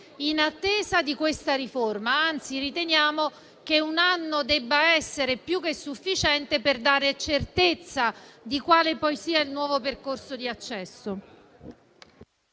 in attesa della riforma. Noi, invece, riteniamo che un anno debba essere più che sufficiente per dare certezza di quale sia il nuovo percorso di accesso.